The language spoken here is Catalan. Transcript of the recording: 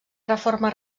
reforma